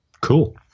Cool